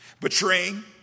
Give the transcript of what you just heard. betraying